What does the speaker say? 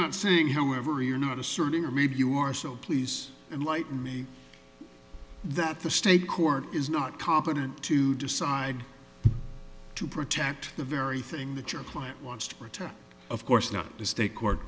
not saying however you're not asserting or maybe you are so please enlighten me that the state court is not competent to decide to protect the very thing that your client wants to protect of course not just a court